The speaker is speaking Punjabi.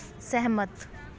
ਸਹਿਮਤ